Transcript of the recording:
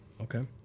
Okay